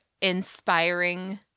inspiring